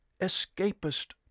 escapist